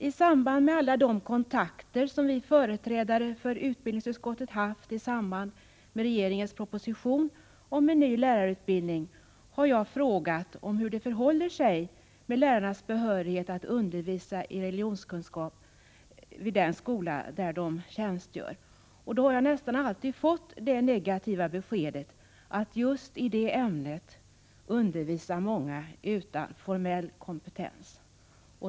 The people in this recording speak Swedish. I samband med alla de kontakter som vi företrädare för utbildningsutskottet haft i samband med behandlingen av regeringens proposition om en ny lärarutbildning har jag frågat hur det förhåller sig med lärarnas behörighet att undervisa i religionskunskap vid den skola där de tjänstgör. Då har jag nästa alltid fått det negativa beskedet, att just i det ämnet undervisar många utan formell kompetens.